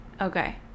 okay